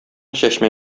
чәчмә